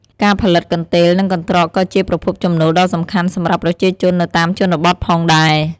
ការផលិតកន្ទេល និងកន្ត្រកក៏ជាប្រភពចំណូលដ៏សំខាន់សម្រាប់ប្រជាជននៅតាមជនបទផងដែរ។